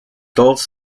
dulles